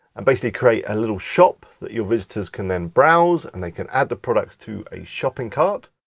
and basically create a little shop that your visitors can then browse and they can add the product to a shopping cart.